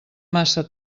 massa